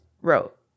wrote